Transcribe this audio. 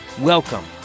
welcome